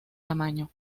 tamaño